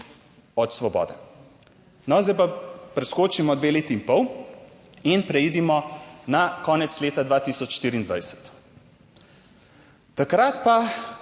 od Svobode. No, zdaj pa preskočimo dve leti in pol in preidimo na konec leta 2024. Takrat pa